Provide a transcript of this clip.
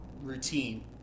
routine